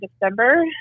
December